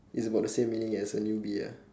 is about the same meaning as a newbie ya